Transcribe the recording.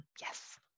yes